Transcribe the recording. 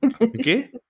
Okay